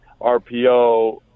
RPO